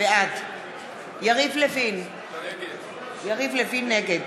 בעד יריב לוין, נגד